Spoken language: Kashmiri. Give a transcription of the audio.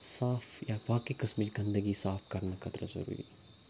صاف یا باقٕے قٕسمٕچ گنٛدگی صاف کَرنہٕ خٲطرٕ ضٔروٗری